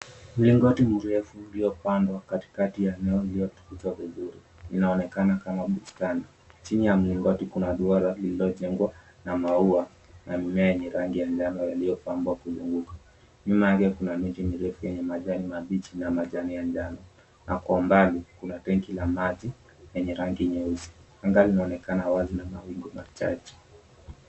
Mlingoti mrefu uliopandwa katikati ya eneo lililotunzwa vizuri. Linaonekana kama bustani. Chini ya mlingoti kuna duara lililojengwa na maua na mimea yenye rangi ya njano yaliyopambwa kuzunguka. Nyuma yake kuna miti mirefu yenye majani mabichi na majani ya njano. Na kwa umbali kuna tenki la maji lenye rangi nyeusi. Anga ni wazi na mawingu machache.